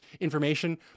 information